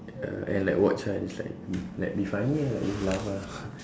ya and like watch ah it's like like be funny ah just laugh ah